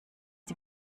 die